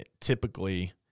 typically